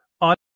on